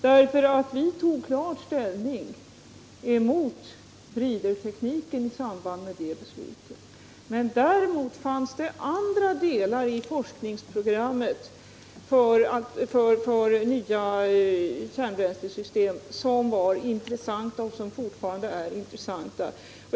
Vi tog nämligen klart ställning emot bridtekniken i samband med beslutet. Däremot fanns det andra delar i forskningsprogrammet för nya kärnbränslesystem som var intressanta och fortfarande är intressanta.